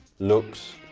looks.